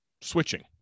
switching